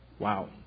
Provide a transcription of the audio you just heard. Wow